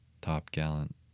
top-gallant